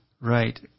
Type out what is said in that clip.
Right